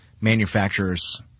manufacturers